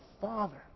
Father